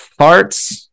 farts